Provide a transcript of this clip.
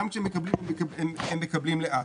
גם כשהם מקבלים הם מקבלים לאט.